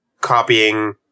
copying